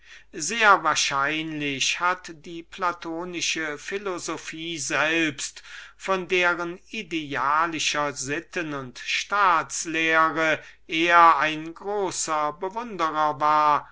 sehr wahrscheinlich hat die platonische philosophie selbst von deren idealischer sitten und staats lehre er ein so großer bewunderer war